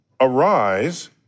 arise